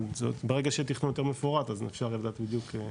ברגע שיהיה תכנון יותר מפורט אז אפשר לדעת בדיוק,